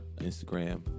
Instagram